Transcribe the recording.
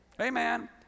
Amen